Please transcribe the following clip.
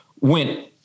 went